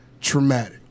traumatic